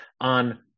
On